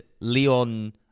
Leon